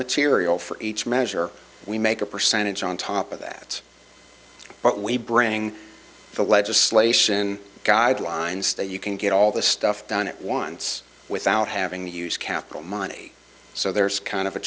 material for each measure we make a percentage on top of that but we bring the legislation guidelines that you can get all the stuff done at once without having to use capital money so there's kind of a